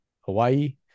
Hawaii